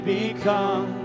become